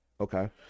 okay